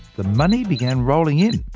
the money began rolling in.